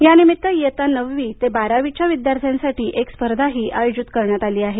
या निमित इयत्ता नववी ते बारावीच्या विद्यार्थ्यांसाठी एक स्पर्धा आयोजित करण्यात आली आहे